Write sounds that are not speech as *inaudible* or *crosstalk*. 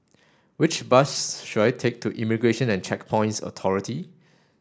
which bus *unintelligible* should I take to Immigration and Checkpoints Authority